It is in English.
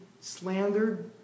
slandered